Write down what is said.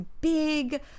big